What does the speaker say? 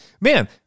man